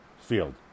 field